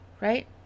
right